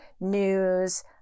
news